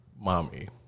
Mommy